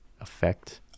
effect